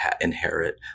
inherit